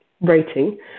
rating